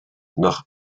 nach